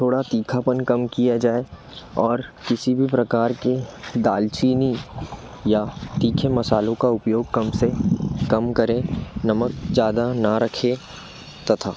थोड़ा तीखापन कम किया जाए और किसी भी प्रकार की दालचीनी या तीखे मसालों का उपयोग कम से कम करें नमक ज़्यादा ना रखें तथा